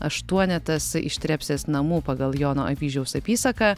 aštuonetas iš trepsės namų pagal jono avyžiaus apysaką